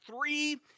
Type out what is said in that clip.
three